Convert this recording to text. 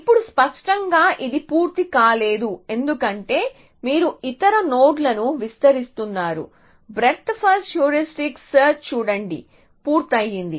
ఇప్పుడు స్పష్టంగా ఇది పూర్తి కాలేదు ఎందుకంటే మీరు ఇతర నోడ్లను విసిరేస్తున్నారు బ్రేడ్త్ ఫస్ట్ హ్యూరిస్టిక్ సెర్చ్ చూడండి పూర్తయింది